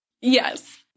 Yes